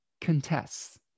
contests